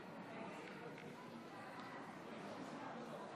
ובכן, לתוצאות,